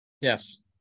Yes